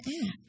act